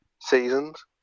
seasons